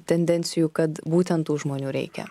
tendencijų kad būtent tų žmonių reikia